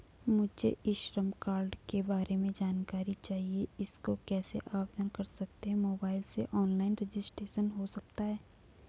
मुझे e Shram card के बारे में जानकारी चाहिए इसको कैसे आवेदन कर सकते हैं मोबाइल से ऑनलाइन रजिस्ट्रेशन हो सकता है?